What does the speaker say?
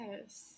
Yes